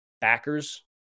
Backers